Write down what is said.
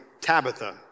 Tabitha